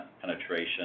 penetration